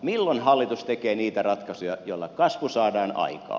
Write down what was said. milloin hallitus tekee niitä ratkaisuja joilla kasvu saadaan aikaan